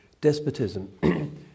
despotism